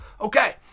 Okay